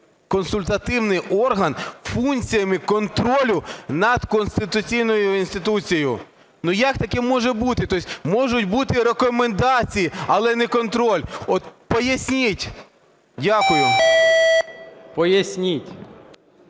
консультативний орган функціями контролю над конституційною інституцією. Як таке може бути? Тобто можуть бути рекомендації, але не контроль. От поясніть. Дякую.